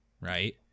right